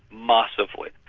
massively.